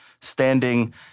standing